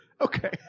Okay